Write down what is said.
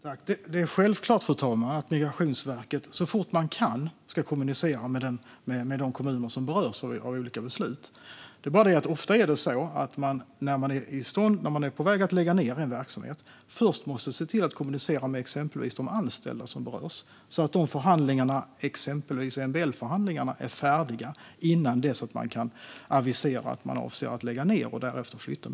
Fru talman! Det är självklart att Migrationsverket så fort man kan ska kommunicera med de kommuner som berörs av olika beslut. Det är bara det att ofta när man är på väg att lägga ned en verksamhet måste man först se till att kommunicera med exempelvis de anställda som berörs så att exempelvis MBL-förhandlingarna är färdiga innan man kan avisera att man avser att lägga ned och därefter flytta.